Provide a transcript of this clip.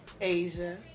Asia